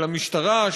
של המשטרה,